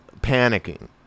panicking